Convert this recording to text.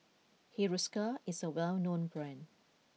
Hiruscar is a well known brand